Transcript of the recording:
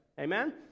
amen